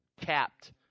capped